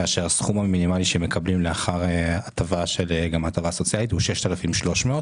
והסכום המינימלי שהם מקבלים לאחר ההטבה הסוציאלית הוא 6,300,